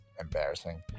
embarrassing